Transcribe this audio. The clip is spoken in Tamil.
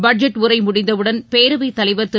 பட்ஜெட் உரை முடிந்தவுடன் பேரவைத் தலைவர் திரு